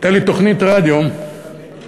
הייתה לי תוכנית רדיו ב-103.